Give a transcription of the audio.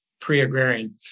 pre-agrarian